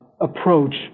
approach